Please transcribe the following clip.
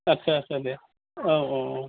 आच्चा आच्चा दे औ औ औ